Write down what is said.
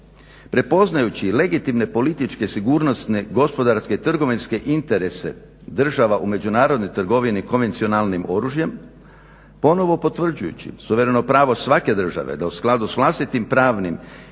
prepoznajući legitimne političke sigurnosne, gospodarske i trgovinske interese država u međunarodnoj trgovini konvencionalnim oružjem ponovno potvrđujući suvereno pravo svake države da u skladu s vlastitim pravnim